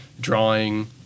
drawing